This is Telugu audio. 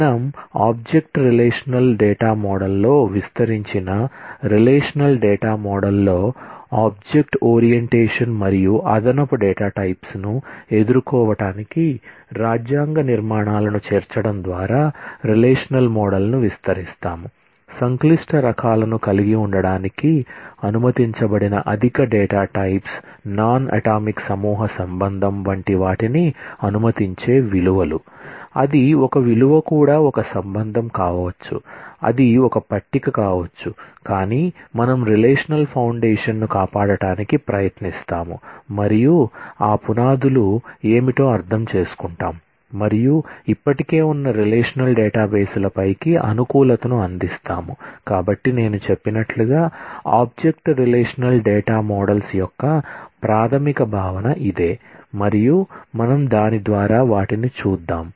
మనం ఆబ్జెక్ట్ రిలేషనల్ డేటా మోడల్ యొక్క ప్రాథమిక భావన ఇదే మరియు మనం దాని ద్వారా వాటిని చూద్దాం